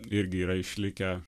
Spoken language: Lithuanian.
irgi yra išlikę